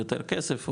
יותר כסף,